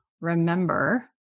remember